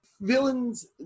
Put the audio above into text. villains